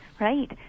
Right